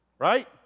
Right